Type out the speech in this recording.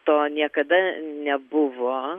to niekada nebuvo